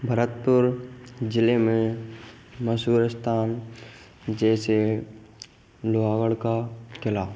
भरतपुर जिले में मशहूर स्थान जैसे लोहागढ़ का किला